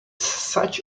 such